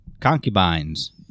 concubines